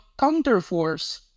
counterforce